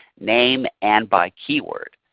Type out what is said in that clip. name, and by keyword.